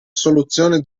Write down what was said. soluzione